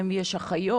האם יש אחיות?